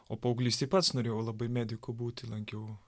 o paauglystėj pats norėjau labai mediku būti lankiau